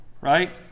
right